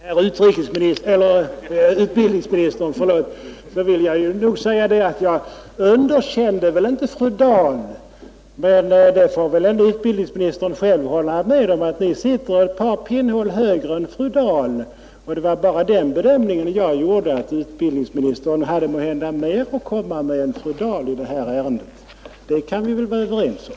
Herr talman! Till utbildningsministern vill jag säga att jag underkände inte fru Dahl. Men utbildningsministern får väl hålla med om att Ni sitter ett par pinnhål högre än fru Dahl. Och jag gjorde bara den bedömningen att utbildningsministern måhända hade mer att komma med i detta ärende än fru Dahl. Det kan vi väl vara överens om.